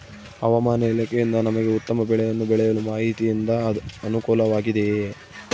ಹವಮಾನ ಇಲಾಖೆಯಿಂದ ನಮಗೆ ಉತ್ತಮ ಬೆಳೆಯನ್ನು ಬೆಳೆಯಲು ಮಾಹಿತಿಯಿಂದ ಅನುಕೂಲವಾಗಿದೆಯೆ?